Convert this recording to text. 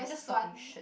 just talking shit